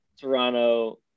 Toronto